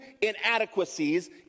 inadequacies